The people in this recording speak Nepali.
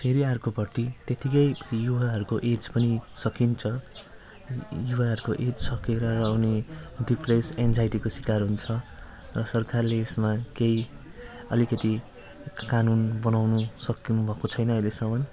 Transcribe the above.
फेरि अर्को भर्ती त्यतिकै युवाहरूको एज पनि सकिन्छ युवाहरूको एज सकेर अनि डिप्रेस एन्जाइटीको सिकार हुन्छ र सरखारले यसमा केही अलिकति कानुन बनाउनु सक्नुभएको छैन अहिलेसम्मन